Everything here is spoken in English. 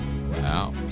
Wow